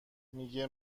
میگه